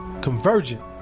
Convergent